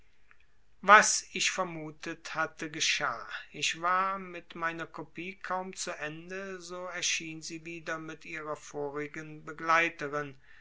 was ich vermutet hatte geschah ich war mit meiner kopie kaum zu ende so erschien sie wieder mit ihrer vorigen begleiterin